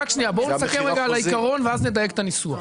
בואו נסכם את העיקרון ואז נדייק את הניסוח.